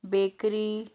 bakery